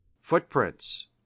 Footprints